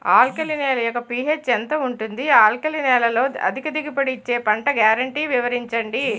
Alkali నేల యెక్క pH ఎంత ఉంటుంది? ఆల్కలి నేలలో అధిక దిగుబడి ఇచ్చే పంట గ్యారంటీ వివరించండి?